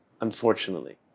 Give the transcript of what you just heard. Unfortunately